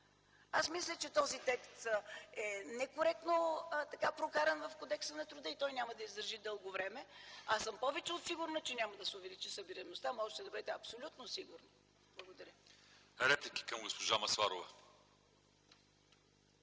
Аз мисля, че този текст е некоректно прокаран в Кодекса на труда и той няма да издържи дълго време. А съм повече от сигурна, че няма да се увеличи събираемостта, можете да бъдете абсолютно сигурни. Благодаря. ПРЕДСЕДАТЕЛ ЛЪЧЕЗАР ИВАНОВ: